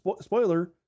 spoiler